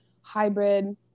hybrid